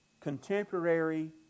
contemporary